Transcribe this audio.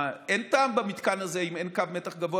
אין טעם במתקן הזה אם אין קו מתח גבוה